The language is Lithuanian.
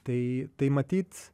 tai tai matyt